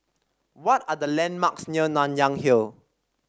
what are the landmarks near Nanyang Hill